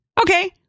Okay